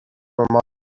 remark